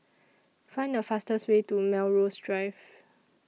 Find The fastest Way to Melrose Drive